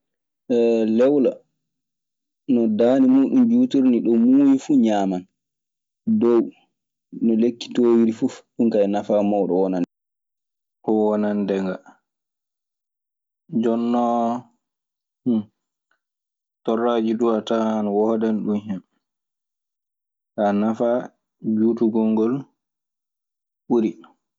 lewla no daande muuɗun juutiri nii ɗun muuyi fuu ñaaman. Dow no lekki toowiri fuf ɗun kaa nafaa mawɗo wonani ɗun wonande de ngal. Jonnon torlaaji duu a tawan ana woodani ɗun hen. Kaa nafaa juutugol ngol ɓuri.